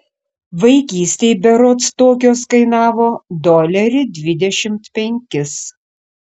vaikystėj berods tokios kainavo dolerį dvidešimt penkis